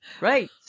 Right